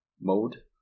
mode